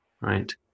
right